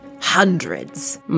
hundreds